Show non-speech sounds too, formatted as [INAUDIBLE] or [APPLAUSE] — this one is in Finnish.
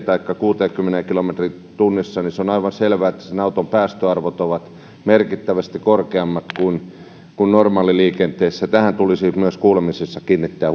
[UNINTELLIGIBLE] taikka kuusikymmentä kilometriä tunnissa niin se on aivan selvää että sen auton päästöarvot ovat merkittävästi korkeammat kuin kuin normaaliliikenteessä ja tähän tulisi myös kuulemisissa kiinnittää [UNINTELLIGIBLE]